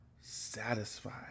satisfied